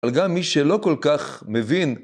אבל גם מי שלא כל כך מבין.